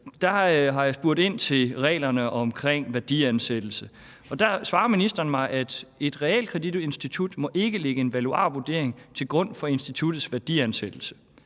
har jeg spurgt ind til reglerne om værdiansættelse, og der svarer ministeren mig, at et realkreditinstitut ikke må lægge en valuarvurdering til grund for instituttets værdiansættelse.